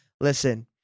Listen